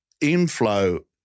inflow